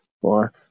four